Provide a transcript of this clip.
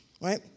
right